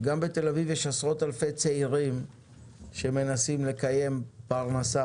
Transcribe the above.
גם בתל אביב יש עשרות אלפי צעירים שמנסים לקיים פרנסה,